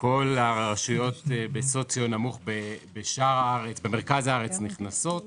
כל הרשויות בסוציו נמוך במרכז הארץ נכנסות.